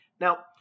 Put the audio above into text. Now